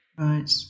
Right